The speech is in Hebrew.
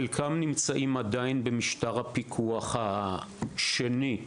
חלקן עדיין נמצאות במשטר הפיקוח השני,